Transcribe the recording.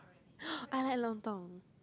I like lontong